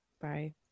Bye